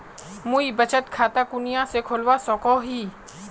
मुई बचत खता कुनियाँ से खोलवा सको ही?